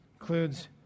Includes